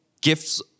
gifts